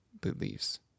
beliefs